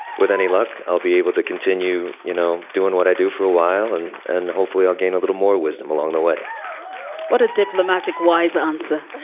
with any luck, i'll be able to continue, you know, doing what i do for a while. and and hopefully i'll gain a little more wisdom along the way what a diplomatic wise answer